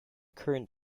current